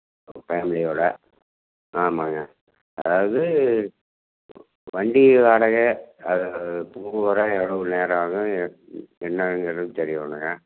ஒரு ஃபேமிலியோடு ஆமாங்க அதாவது வண்டி வாடகை அது போக வர எவ்வளோ நேரம் ஆகும் என்னாங்கிறது தெரியணுங்க